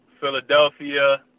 Philadelphia